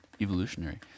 evolutionary